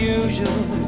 usual